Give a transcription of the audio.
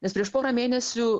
nes prieš porą mėnesių